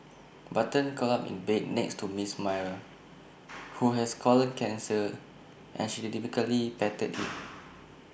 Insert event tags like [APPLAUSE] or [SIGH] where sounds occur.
button curled up in bed next to miss Myra [NOISE] who has colon cancer and she rhythmically patted IT [NOISE]